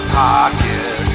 pocket